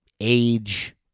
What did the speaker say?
age